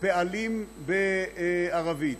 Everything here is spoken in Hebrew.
פעלים בערבית.